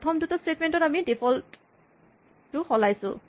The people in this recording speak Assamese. প্ৰথম দুটা স্টেটমেন্ট ত আমি ডিফল্ট টো সলাইছোঁ